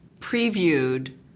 previewed